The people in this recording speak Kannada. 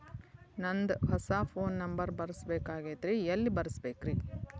ನಂದ ಹೊಸಾ ಫೋನ್ ನಂಬರ್ ಬರಸಬೇಕ್ ಆಗೈತ್ರಿ ಎಲ್ಲೆ ಬರಸ್ಬೇಕ್ರಿ?